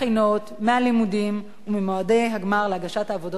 מהלימודים וממועדי הגמר להגשת העבודות האקדמיות